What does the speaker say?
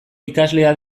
ikaslea